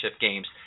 games